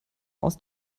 aus